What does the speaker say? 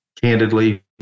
candidly